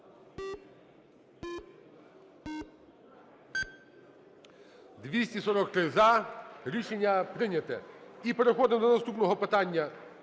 За-243 Рішення прийнято. І переходимо до наступного питання